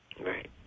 Right